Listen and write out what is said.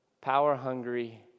power-hungry